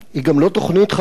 היא גם לא תוכנית חדשה.